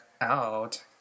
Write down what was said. out